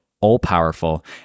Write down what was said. all-powerful